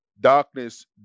darkness